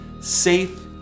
Safe